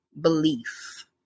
belief